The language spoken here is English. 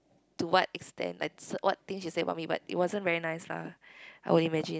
to what extent like what things she say about me but it wasn't very nice lah I would imagine